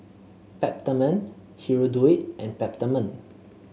Peptamen Hirudoid and Peptamen